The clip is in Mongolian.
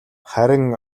харин